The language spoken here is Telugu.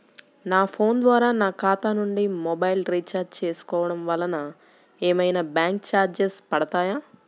నా ఫోన్ ద్వారా నా ఖాతా నుండి మొబైల్ రీఛార్జ్ చేసుకోవటం వలన ఏమైనా బ్యాంకు చార్జెస్ పడతాయా?